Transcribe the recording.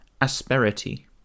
asperity